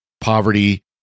poverty